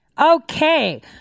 Okay